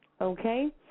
Okay